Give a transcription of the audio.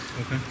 Okay